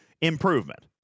improvement